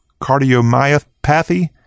cardiomyopathy